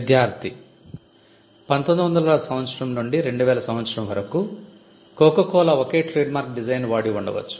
విద్యార్థి 1900 నుండి 2000 వరకు కోకో కోలా ఒకే ట్రేడ్మార్క్ డిజైన్ వాడి ఉండవచ్చు